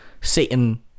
Satan